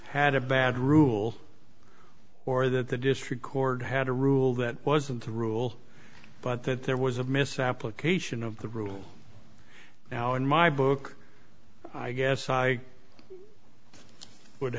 had a bad rule or that the district court had a rule that wasn't the rule but that there was a misapplication of the rules now in my book i i guess i would